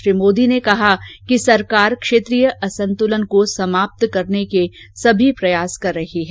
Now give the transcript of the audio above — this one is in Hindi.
श्री मोदी ने कहा कि सरकार क्षेत्रीय असंतुलन को समाप्त करने के सभी प्रयास कर रही है